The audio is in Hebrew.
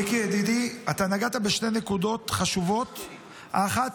מיקי, ידידי, אתה נגעת בשתי נקודות חשובות: האחת